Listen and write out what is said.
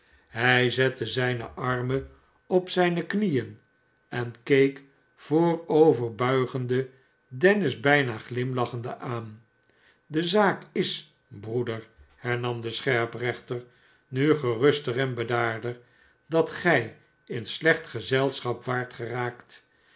hij zette zijne armen op zijne knieen en keek vooroverbuiende dennis bijna glimlachend aan de zaak is broeder hernam de scherprechter nu geruster en edaarder dat gij in slecht gezelschap waart geraakt